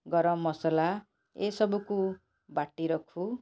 ଗରମ ମସଲା ଏ ସବୁକୁ ବାଟି ରଖୁ